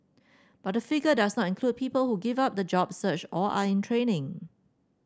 but the figure does not include people who give up the job search or are in training